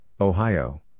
Ohio